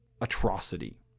atrocity